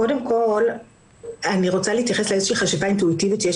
קודם כל אני רוצה להתייחס לחשיבה האינטואיטיבית שיש